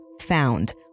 Found